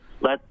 let